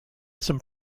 some